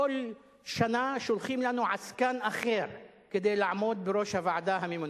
כל שנה שולחים לנו עסקן אחר כדי לעמוד בראש הוועדה העליונה,